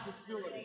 facility